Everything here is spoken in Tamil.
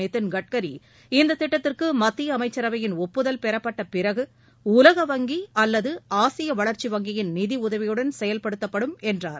நிதின் கட்கரி இத்திட்டத்திற்கு மத்திய அமைச்சரவையின் ஒப்புதல் பெறப்பட்ட பிறகு உலக வங்கி அல்லது ஆசிய வளர்ச்சி வங்கியின் நிதியுதவியுடன் செயல்படுத்தப்படும் என்றார்